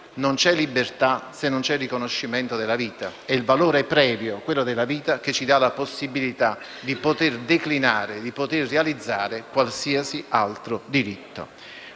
non c'è libertà se non c'è riconoscimento della vita; è il valore previo, quello della vita, che ci dà la possibilità di poter realizzare qualsiasi altro diritto.